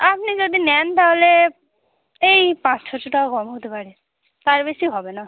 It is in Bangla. আপনি যদি নেন তাহলে এই পাঁচ ছশো টাকা কম হতে পারে তার বেশি হবে না